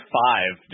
five